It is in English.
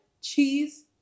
cheese